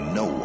no